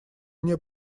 мне